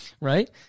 Right